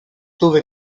dove